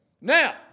Now